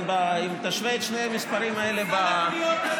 אם תשווה את שני המספרים האלה באחוזים, סל הקניות,